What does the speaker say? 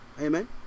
Amen